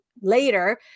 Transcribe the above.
later